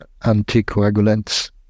anticoagulants